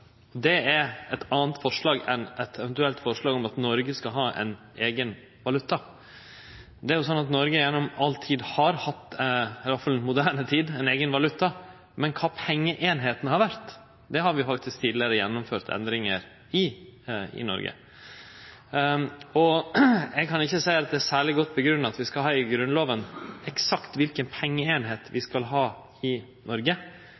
Det er eit anna forslag enn eit eventuelt forslag om at Noreg skal ha ein eigen valuta. Det er jo sånn at Noreg gjennom all tid – iallfall i moderne tid – har hatt ein eigen valuta, men kva pengeeininga har vore, det har vi faktisk tidlegare gjennomført endringar i i Noreg. Eg kan ikkje seie at det er særleg godt grunngjeve at vi skal ha i Grunnlova eksakt kva for pengeeining vi skal ha i Noreg.